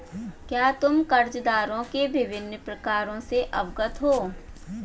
क्या तुम कर्जदारों के विभिन्न प्रकारों से अवगत हो?